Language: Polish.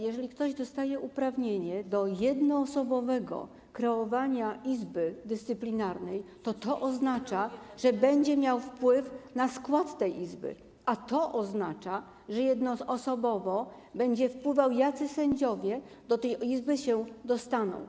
Jeżeli ktoś dostaje uprawnienie do jednoosobowego kreowania Izby Dyscyplinarnej, to oznacza to, że będzie miał wpływ na skład tej izby, a to oznacza, że jednoosobowo będzie wpływał na to, jacy sędziowie do tej izby się dostaną.